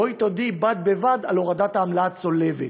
בואי תודיעי בד בבד על הורדת העמלה הצולבת,